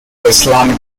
islamic